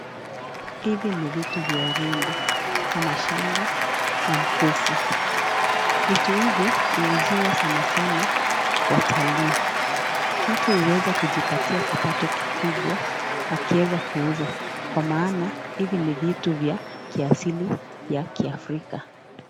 Hivi ni vitu vya urembo kama shanga na mkufu. Vitu hivi huuziwa sana sana watalii. Mtu huweza kujipatia kipato kikubwa akieza kuuza kwa maana hivi ni vitu vya kiasili ya kiafrika.